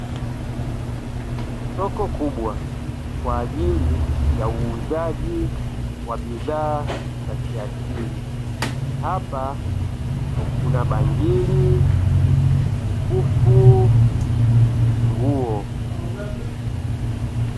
Soko kubwa kwa ajili ya uuzaji wa bidhaa za kiasili hapa kuna bangili, mikufu na nguo.